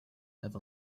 have